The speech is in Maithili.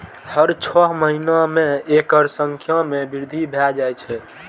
हर छह महीना मे एकर संख्या मे वृद्धि भए जाए छै